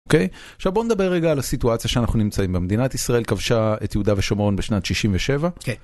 אוקיי, עכשיו בוא נדבר רגע על הסיטואציה שאנחנו נמצאים במדינת ישראל כבשה את יהודה ושומרון בשנת 67.